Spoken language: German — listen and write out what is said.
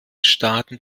staaten